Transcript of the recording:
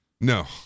No